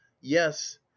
yes